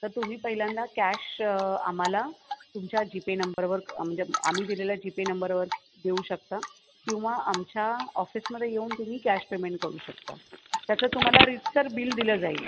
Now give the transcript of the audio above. तर तुम्ही पहिल्यांदा कॅश आम्हाला तुमच्या जीपे नंबरवर म्हणजे आम्ही दिलेल्या जीपे नंबरवर देऊ शकता किंवा आमच्या ऑफिसमध्ये येऊन तुम्ही कॅश पेमेंट करू शकता त्याचं तुम्हाला रीतसर बिल दिलं जाईल